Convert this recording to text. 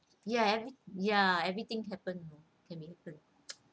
ya every~ ya everything happen you know can be happen